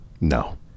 No